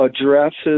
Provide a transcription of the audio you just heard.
addresses